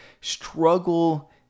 struggle